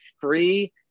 free